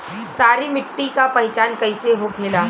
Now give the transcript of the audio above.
सारी मिट्टी का पहचान कैसे होखेला?